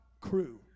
crew